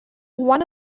one